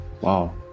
Wow